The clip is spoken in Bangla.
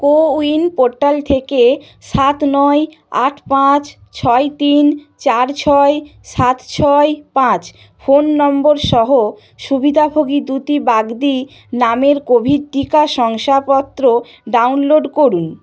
কোউইন পোর্টাল থেকে সাত নয় আট পাঁচ ছয় তিন চার ছয় সাত ছয় পাঁচ ফোন নম্বর সহ সুবিধাভোগী দ্যুতি বাগদি নামের কোভিড টিকা শংসাপত্র ডাউনলোড করুন